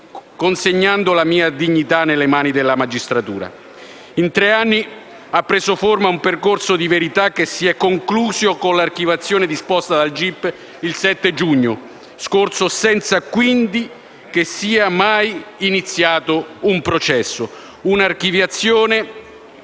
consegnando la mia dignità nelle mani della magistratura. In tre anni ha preso forma un percorso di verità che si è concluso con l'archiviazione disposta dal GIP il 7 giugno scorso, senza quindi che sia mai iniziato un processo; un'archiviazione